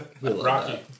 Rocky